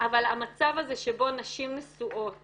אבל המצב הזה שבו נשים נשואות